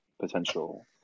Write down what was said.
potential